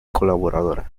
colaboradora